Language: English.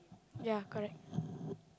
ya correct